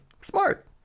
Smart